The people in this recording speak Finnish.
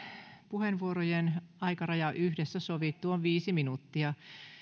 puheenvuorojen aikaraja yhdessä sovittu on viisi minuuttia